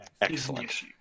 Excellent